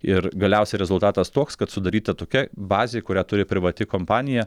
ir galiausiai rezultatas toks kad sudaryta tokia bazė kurią turi privati kompanija